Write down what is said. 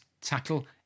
tackle